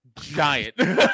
giant